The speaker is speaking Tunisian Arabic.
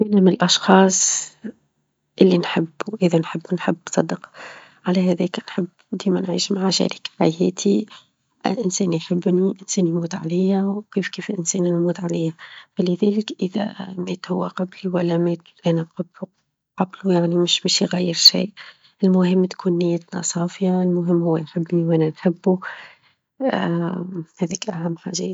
أنا من الأشخاص اللي نحب، وإذا نحب نحب بصدق، على هذيك نحب ديما نعيش مع شريك حياتي، إنسان يحبني، إنسان يموت علي، وكيف كيف إنسان يموت علي؛ فلذلك إذا مات هو قبلي، ولا متت أنا- قبله- قبله يعني -مش- مش يغير شيء المهم تكون نيتنا صافية، المهم هو يحبني، وأنا نحبه هذيك أهم حاجات.